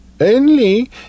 Only